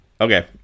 Okay